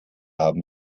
haben